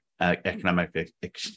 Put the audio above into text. economic